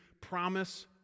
promise